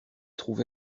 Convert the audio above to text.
trouvé